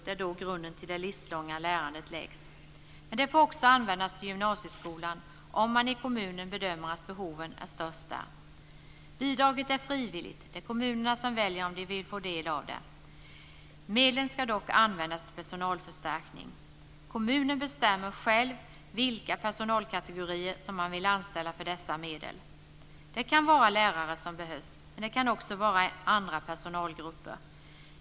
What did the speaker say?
Det är då grunden till det livslånga lärandet läggs. Det får också användas till gymnasieskolan om man i kommunen bedömer att behoven är störst där. Bidraget är frivilligt. Det är kommunerna som väljer om de vill få del av det. Medlen ska dock användas till personalförstärkning. Kommunen bestämmer själv vilka personalkategorier som man vill använda dessa medel för. Det kan vara lärare som behövs. Men det kan också vara andra personalgrupper.